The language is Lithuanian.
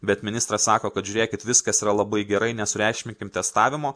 bet ministras sako kad žiūrėkit viskas yra labai gerai nesureikšminkim testavimo